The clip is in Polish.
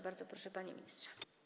Bardzo proszę, panie ministrze.